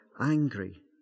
angry